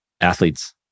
athletes